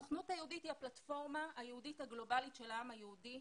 הסוכנות היהודית היא הפלטפורמה היהודית הגלובלית של העם היהודי,